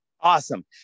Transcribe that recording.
Awesome